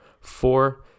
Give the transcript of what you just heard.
Four